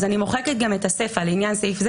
אני מחפש כתובת.